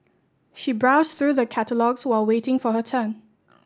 she browsed through the catalogues while waiting for her turn